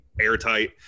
airtight